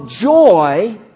joy